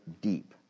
deep